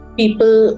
people